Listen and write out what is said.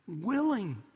willing